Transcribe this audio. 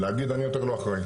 להגיד, אני יותר לא אחראי.